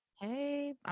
Hey